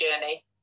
journey